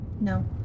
No